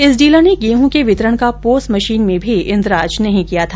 इस डीलर ने गेहूं के वितरण का पोस मशीन में भी इन्द्राज नहीं किया था